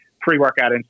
pre-workout